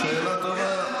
שאלה טובה.